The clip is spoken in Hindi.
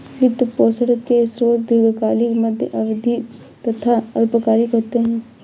वित्त पोषण के स्रोत दीर्घकालिक, मध्य अवधी तथा अल्पकालिक होते हैं